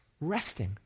resting